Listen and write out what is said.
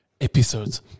episodes